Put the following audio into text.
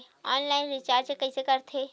Online recharge कइसे करथे?